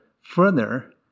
further